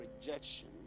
rejection